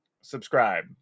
subscribe